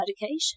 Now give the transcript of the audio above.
medication